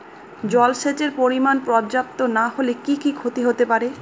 জলসেচের পরিমাণ পর্যাপ্ত না হলে কি কি ক্ষতি হতে পারে?